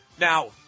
Now